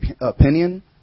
opinion